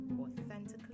authentically